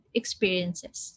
experiences